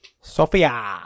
Sophia